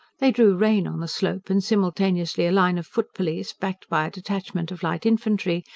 they drew rein on the slope, and simultaneously a line of foot police, backed by a detachment of light infantry,